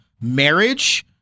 marriage